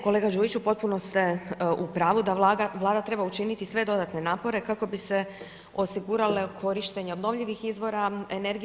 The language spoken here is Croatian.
Kolega Đujiću, potpuno ste u pravu da Vlada treba učiniti sve dodatne napore kako bi se osigurale korištenje obnovljivih izvora energije.